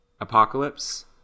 Apocalypse